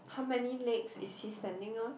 how many legs is he standing on